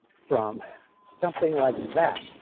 from something like that.